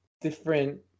different